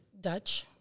Dutch